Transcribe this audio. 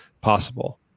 possible